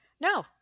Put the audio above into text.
No